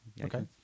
Okay